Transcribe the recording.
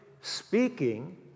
speaking